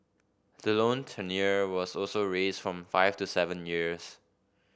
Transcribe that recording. the loan tenure was also raised from five to seven years